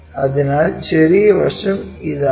അതിനാൽ ചെറിയ വശം ഇതാണ്